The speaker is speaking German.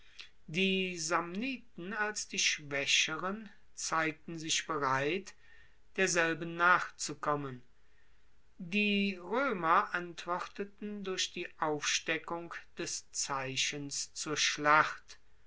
die samniten als die schwaecheren zeigten sich bereit derselben nachzukommen die roemer antworteten durch die aufsteckung des zeichens zur schlacht